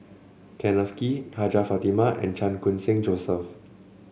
Kenneth Kee Hajjah Fatimah and Chan Khun Sing Joseph